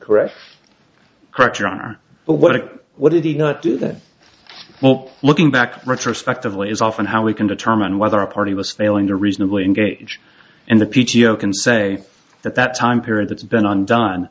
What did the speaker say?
correct correct your honor but what it what did he not do that well looking back retrospectively is often how we can determine whether a party was failing to reasonably engage in the p t o can say that that time period that's been undone